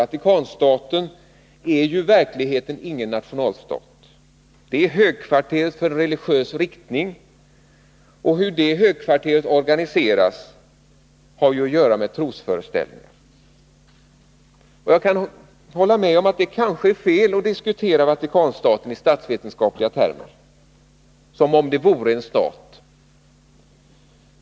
Man kan invända att Vatikanstaten i verkligheten inte är någon nationalstat, att den är högkvarteret för en religiös riktning och att hur det högkvarteret organiseras har att göra med trosföreställningar. Jag kan hålla med om att det kan vara fel att diskutera Vatikanstaten i statsvetenskapliga termer som om den vore en stat.